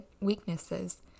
weaknesses